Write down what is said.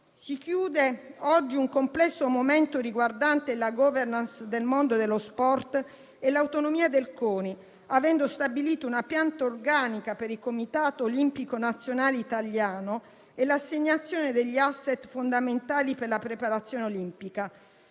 Si chiude oggi un complesso momento riguardante la *governance* del mondo dello sport e l'autonomia del CONI, avendo stabilito una pianta organica per il Comitato olimpico nazionale italiano e l'assegnazione degli *asset* fondamentali per la preparazione olimpica.